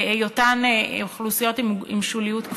בהיותן אוכלוסיות עם שוליות כפולה.